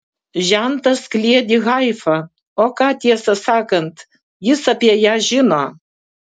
žentas kliedi haifa o ką tiesą sakant jis apie ją žino